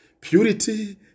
purity